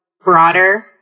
broader